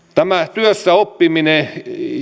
työssäoppiminen